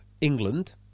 England